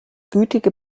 gütige